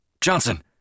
Johnson